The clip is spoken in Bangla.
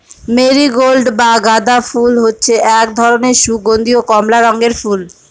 মেরিগোল্ড বা গাঁদা ফুল হচ্ছে এক ধরনের সুগন্ধীয় কমলা রঙের ফুল